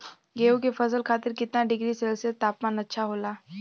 गेहूँ के फसल खातीर कितना डिग्री सेल्सीयस तापमान अच्छा होला?